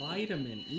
Vitamin